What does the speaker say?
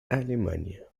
alemania